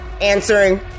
answering